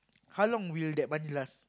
how long will that money last